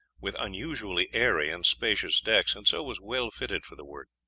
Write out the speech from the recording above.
with unusually airy and spacious decks, and so was well fitted for the work.